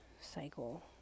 cycle